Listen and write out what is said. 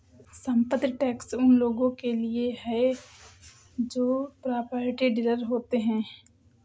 संपत्ति टैक्स उन लोगों के लिए टैक्स है जो प्रॉपर्टी डीलर होते हैं